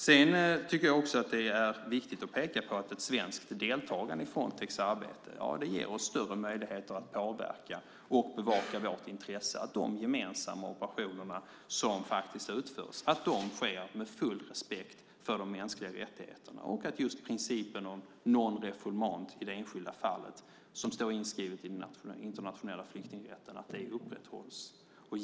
Det är också viktigt att peka på att ett svenskt deltagande i Frontex arbete ger oss större möjligheter att påverka och bevaka vårt intresse av att de gemensamma operationer som utförs sker med full respekt för de mänskliga rättigheterna och att principen om non-refoulement i det enskilda fallet, som står inskriven i den internationella flyktingrätten, upprätthålls.